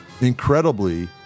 Incredibly